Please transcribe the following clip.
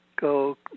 go